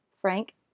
Frank